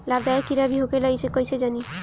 लाभदायक कीड़ा भी होखेला इसे कईसे जानी?